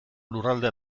lurralde